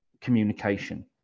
communication